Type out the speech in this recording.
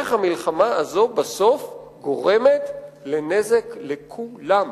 איך המלחמה הזו בסוף גורמת נזק לכולם,